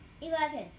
Eleven